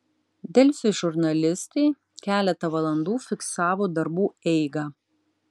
delfi žurnalistai keletą valandų fiksavo darbų eigą